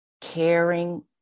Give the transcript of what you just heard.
caring